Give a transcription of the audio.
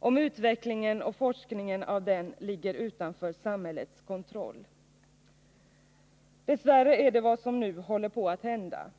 och om utvecklingen av och forskningen kring den ligger utanför samhällets kontroll? Dess värre är det vad som nu håller på att hända.